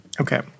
Okay